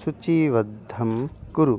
सूचीबद्धं कुरु